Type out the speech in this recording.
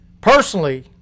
Personally